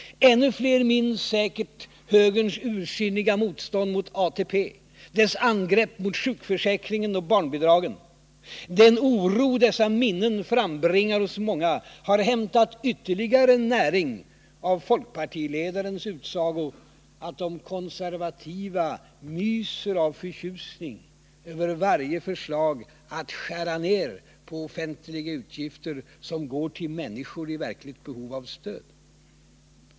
Ännu fler minns säkert högerns ursinniga motstånd mot ATP, dess angrepp mot sjukförsäkringen och barnbidragen. Den oto dessa minnen frambringar hos många har hämtat ytterligare näring av folkpartiledarens utsago att de konservativa myser av förtjusning över varje förslag att skära ned på offentliga utgifter som går till människor i verkligt behov av stöd.